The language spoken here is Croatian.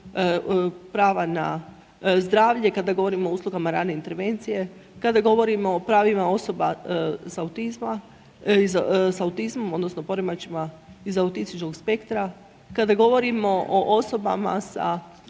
prava na zdravlje, kada govorimo o uslugama rane intervencije, kada govorimo o pravima osoba sa autizmom odnosno poremećajima iz autističkog spektra, kada govorimo o osobama sa